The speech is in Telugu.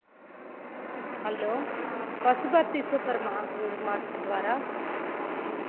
హలో పశుపతి సూపర్ మా మార్కెట్ వారా